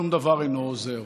שום דבר אינו עוזר.